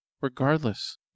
Regardless